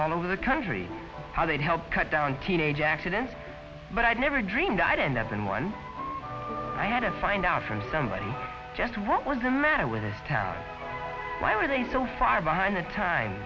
all over the country how they help cut down teenage accidents but i never dreamed i'd end up in one i had to find out from somebody just what was the matter with this town why were they so far behind the times